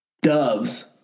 doves